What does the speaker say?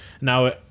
Now